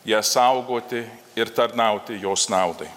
ją saugoti ir tarnauti jos naudai